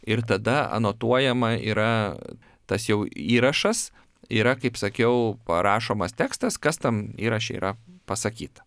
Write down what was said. ir tada anotuojama yra tas jau įrašas yra kaip sakiau parašomas tekstas kas tam įraše yra pasakyta